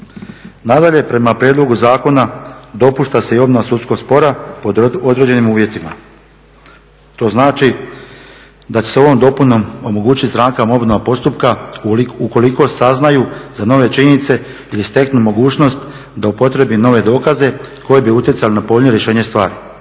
Nadalje, prema prijedlogu zakona dopušta se i obnova sudskog spora pod određenim uvjetima. To znači da će se ovom dopunom omogućiti strankama obnova postupka ukoliko saznaju za nove činjenice ili steknu mogućnost da upotrijebi nove dokaze koji bi utjecali na povoljnije rješenje stvari.